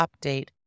update